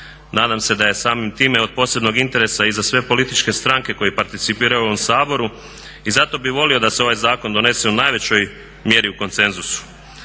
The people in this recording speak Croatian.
nadam se da je samim time od posebnog interesa i za sve političke stranke koje participiraju u ovom Saboru i zato bih volio da se ovaj zakon donese u najvećoj mjeri u konsenzusu.